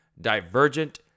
divergent